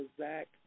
Zach